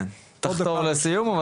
כן, תחתור לסיום.